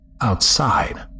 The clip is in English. outside